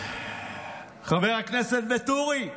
חבר הכנסת וטורי,